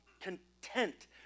content